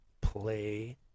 play